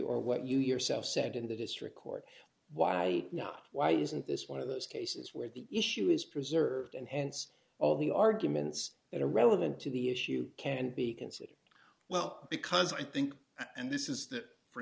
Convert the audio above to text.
or what you yourself said in the district court why not why isn't this one of those cases where the issue is preserved and hence all the arguments that are relevant to the issue can be considered well because i think and this is